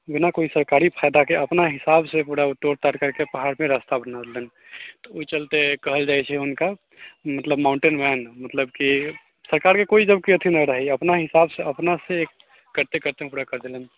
बिना कोइ सरकारी फाइदाके अपना हिसाबसँ पूरा ओ तोड़ि ताड़ि करिके पहाड़मे रास्ता बना देलनि तऽ ओहि चलते कहल जाइ छै हुनका मतलब माउण्टेन मैन मतलब कि सरकारके कोइ जबकि कोइ अथी नहि रहै अपना हिसाबसँ अपनासँ करिते करिते पूरा करि देलनि